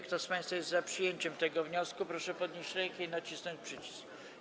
Kto z państwa jest za przyjęciem tego wniosku, proszę podnieść rękę i nacisnąć przycisk.